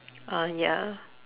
uh ya